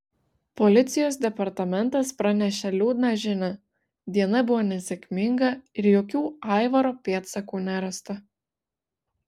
policijos departamentas pranešė liūdną žinią diena buvo nesėkminga ir jokių aivaro pėdsakų nerasta